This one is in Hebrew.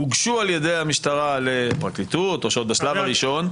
הוגשו על ידי המשטרה לפרקליטות או שעוד בשלב הראשון,